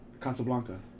Casablanca